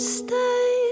stay